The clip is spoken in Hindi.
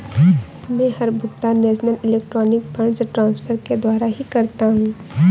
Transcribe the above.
मै हर भुगतान नेशनल इलेक्ट्रॉनिक फंड्स ट्रान्सफर के द्वारा ही करता हूँ